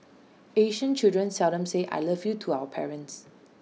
Asian children seldom say 'I love you' to our parents